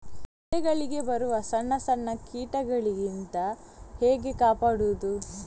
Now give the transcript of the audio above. ಗಿಡಗಳಿಗೆ ಬರುವ ಸಣ್ಣ ಸಣ್ಣ ಕೀಟಗಳಿಂದ ಹೇಗೆ ಕಾಪಾಡುವುದು?